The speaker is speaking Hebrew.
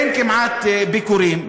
אין כמעט ביקורים,